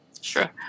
Sure